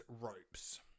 ropes